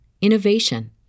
innovation